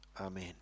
Amen